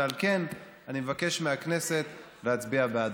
ועל כן אני מבקש מהכנסת להצביע בעדה.